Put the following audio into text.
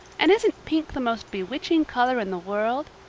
and isn't pink the most bewitching color in the world?